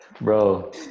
Bro